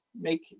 make